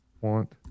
want